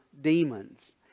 demons